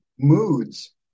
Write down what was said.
moods